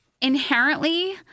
inherently